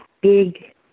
big